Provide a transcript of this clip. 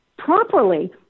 properly